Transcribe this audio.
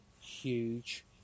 huge